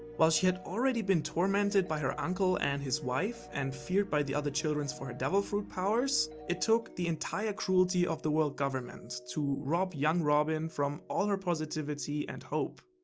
while she had already been tormented by her uncle and his wife and feared by the other children for her devil fruit powers, it took the entire cruelty of the world government to rob young robin from all positivity and hope.